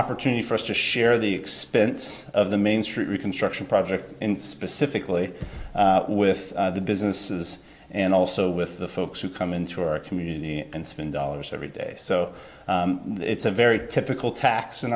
opportunity for us to share the expense of the main street reconstruction project in specifically with the businesses and also with the folks who come into our community and seven dollars every day so it's a very typical tax in